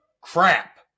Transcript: crap